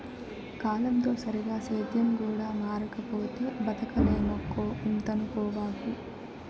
కాలంతో సరిగా సేద్యం కూడా మారకపోతే బతకలేమక్కో ఇంతనుకోబాకు